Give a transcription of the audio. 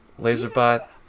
LaserBot